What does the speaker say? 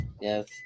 Yes